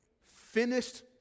Finished